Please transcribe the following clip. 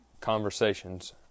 conversations